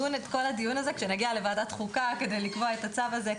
הדיון הזה נקיים כשנגיע לוועדת החוקה כדי לקבוע את הצו הזה.